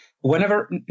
whenever